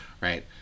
Right